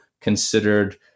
considered